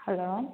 hello